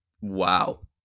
wow